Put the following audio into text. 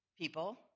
people